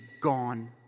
gone